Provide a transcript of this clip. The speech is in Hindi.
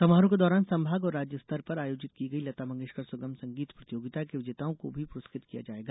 समारोह के दौरान संभाग और राज्य स्तर पर आयोजित की गई लता मंगेशकर सुगम संगीत प्रतियोगिता के विजेताओं को भी पुरस्कृत किया जाएगा